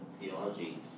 theology